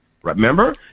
Remember